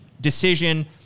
decision